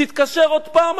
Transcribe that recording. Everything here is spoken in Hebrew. תתקשרי עוד פעם,